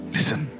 Listen